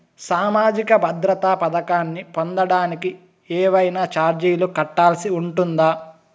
సామాజిక భద్రత పథకాన్ని పొందడానికి ఏవైనా చార్జీలు కట్టాల్సి ఉంటుందా?